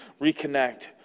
reconnect